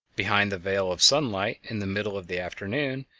behind the veil of sunlight in the middle of the afternoon,